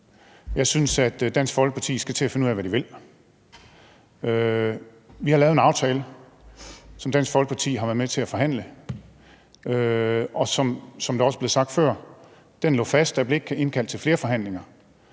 Jeg synes, at Dansk Folkeparti skal til at finde ud af, hvad de vil. Vi har lavet en aftale, som Dansk Folkeparti har været med til at forhandle, og som det også blev sagt før, lå den fast, og der blev ikke indkaldt til flere forhandlinger.